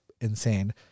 insane